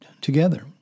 together